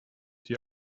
die